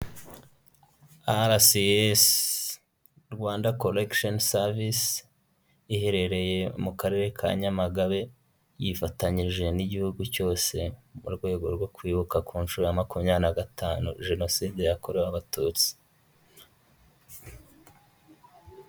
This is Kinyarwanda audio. RCS Rwanda Correctional Service. Iherereye mu Karere ka Nyamagabe, yifatanyije n'igihugu cyose, mu rwego rwo kwibuka ku nshuro ya makumyabiri na gatanu, jenoside yakorewe Abatutsi.